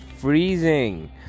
freezing